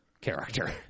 character